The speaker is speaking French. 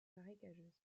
marécageuse